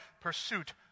pursuit